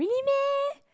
really meh